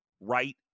right